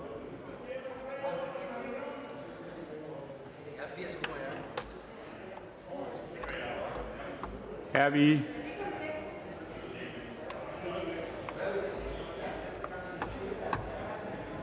Hvad er det